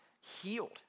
healed